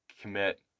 commit